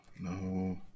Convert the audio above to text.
no